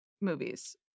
movies